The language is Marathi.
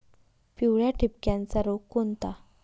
पिवळ्या ठिपक्याचा रोग कोणता?